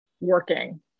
working